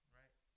right